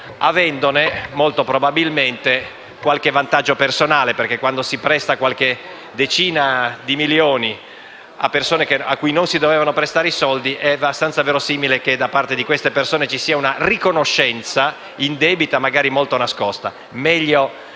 avendone molto probabilmente qualche vantaggio personale. Infatti, quando si presta qualche decina di milioni di euro a persone cui non si dovevano prestare i soldi, è abbastanza verosimile che da parte di queste persone ci sia una riconoscenza indebita, magari molto nascosta.